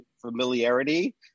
familiarity